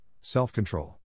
self-control